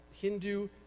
Hindu